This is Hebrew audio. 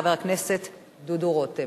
חבר הכנסת דודו רותם.